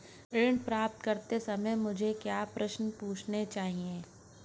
ऋण प्राप्त करते समय मुझे क्या प्रश्न पूछने चाहिए?